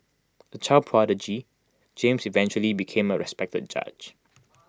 A child prodigy James eventually became A respected judge